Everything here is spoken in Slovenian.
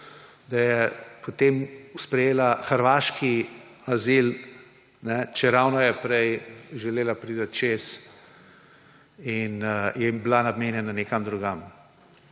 da je potem sprejela hrvaški azil, čeravno je prej želela priti čez in je bila namenjena nekam drugam.